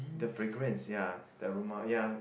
the fragrance ya the aroma ya